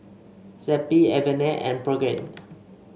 Zappy Avene and Pregain